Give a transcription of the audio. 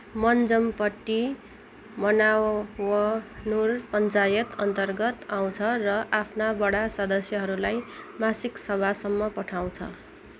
मनजमपट्टी मनावनुर पञ्चायत अन्तर्गत आउँछ र आफ्ना वडा सदस्यहरूलाई मासिक सभासम्म पठाउँछ